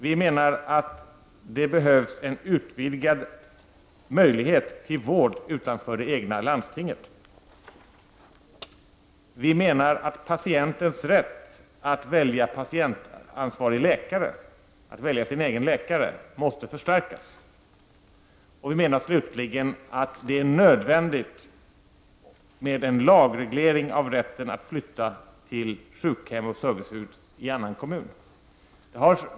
Vi menar att det behövs en utvidgad möjlighet till vård utanför det egna landstinget. Vi menar att patientens rätt att välja patientansvarig läkare, dvs. sin egen läkare, måste förstärkas. Vi menar slutligen att det är nödvändigt med en lagreglering av rätten att flytta till sjukhem och servicehus i annan kommun.